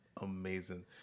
amazing